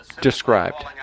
described